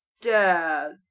dad